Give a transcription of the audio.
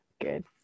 Good